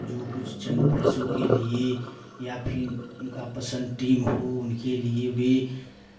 जो कुछ चन्द पैसों के लिए या फिर उनका पसन्द टीम हो उनके लिए वे